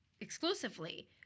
exclusively